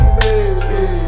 baby